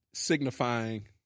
Signifying